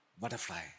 butterfly